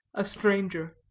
a stranger.